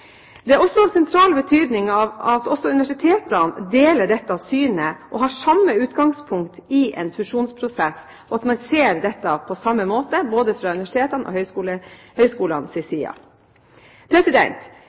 betydning at også universitetene deler dette synet og har samme utgangspunkt i en fusjonsprosess, og at man ser dette på samme måte – både fra universitetenes og